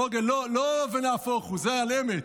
פוגל, לא ונהפוך הוא, זה על אמת.